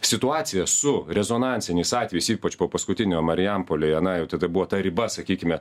situacija su rezonansiniais atvejais ypač po paskutinio marijampolėje na jau tada buvo ta riba sakykime